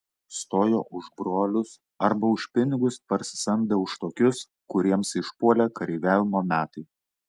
stojo už brolius arba už pinigus parsisamdę už tokius kuriems išpuolė kareiviavimo metai